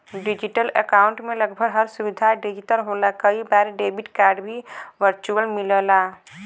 digital account में लगभग हर सुविधा डिजिटल होला कई बार डेबिट कार्ड भी वर्चुअल मिलला